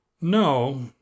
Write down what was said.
no